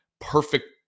perfect